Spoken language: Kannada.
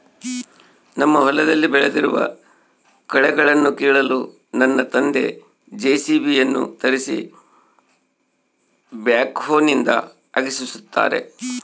ನಮ್ಮ ಹೊಲದಲ್ಲಿ ಬೆಳೆದಿರುವ ಕಳೆಗಳನ್ನುಕೀಳಲು ನನ್ನ ತಂದೆ ಜೆ.ಸಿ.ಬಿ ಯನ್ನು ತರಿಸಿ ಬ್ಯಾಕ್ಹೋನಿಂದ ಅಗೆಸುತ್ತಾರೆ